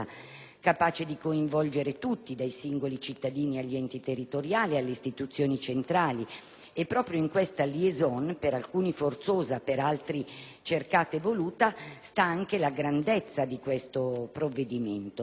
capace di coinvolgere tutti, dai singoli cittadini, agli enti territoriali, alle istituzioni centrali. Proprio in questa *liaison*, per alcuni forzosa e per altri cercata e voluta, sta anche la grandezza di questo provvedimento.